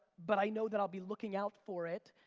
but i know that i'll be looking out for it.